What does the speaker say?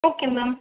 okay ma'am